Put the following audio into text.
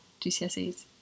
GCSEs